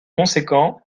conséquent